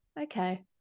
okay